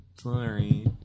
Sorry